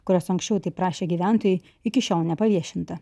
kurios anksčiau taip prašė gyventojai iki šiol nepaviešinta